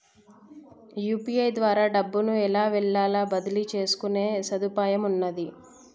UPI ద్వారా డబ్బును ఎల్లవేళలా బదిలీ చేసుకునే సదుపాయమున్నాది